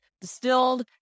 distilled